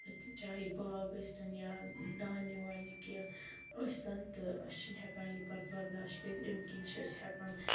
چاہے باغ أسۍ تَن یا دانہِ وانہِ کیٚنٛہہ أسۍ تَن تہٕ أسۍ چھِنہٕ ہیٚکان یہِ پَتہٕ برداش کٔرِتھ أمۍ کِنۍ چھِ أسی ہیٚکان